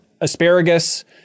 asparagus